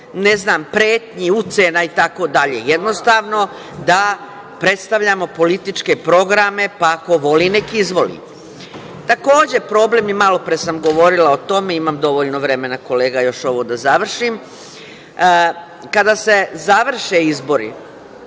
bez pretnji, ucena itd, jednostavno, da predstavljamo političke programe, pa ko voli nek izvoli. Takođe, problem, i malopre sam govorila o tome, imam dovoljno vremena kolega još ovo da završim, kada se završe izbori